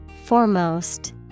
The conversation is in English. Foremost